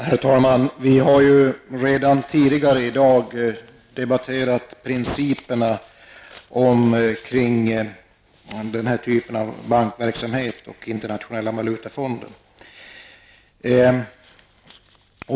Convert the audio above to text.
Herr talman! Vi har redan tidigare i dag debatterat principerna kring den här typen av bankverksamhet och Internationella valutafonden.